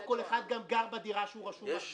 גם לא כל אחד גר בדירה שרשומה על שמו.